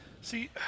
See